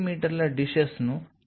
మీ dishes ను చూసి ఉండాలి